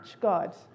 God